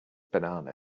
banana